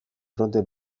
fronte